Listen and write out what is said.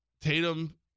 Tatum